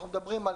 אנחנו מדברים על